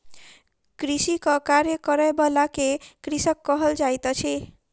कृषिक कार्य करय बला के कृषक कहल जाइत अछि